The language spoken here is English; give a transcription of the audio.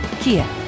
Kia